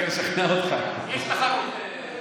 יש תחרות.